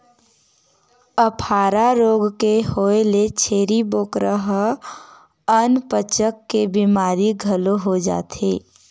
अफारा रोग के होए ले छेरी बोकरा ल अनपचक के बेमारी घलो हो जाथे